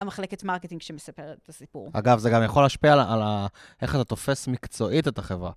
המחלקת מרקטינג שמספרת את הסיפור. אגב, זה גם יכול להשפיע על איך אתה תופס מקצועית את החברה.